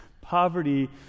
Poverty